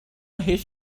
حیف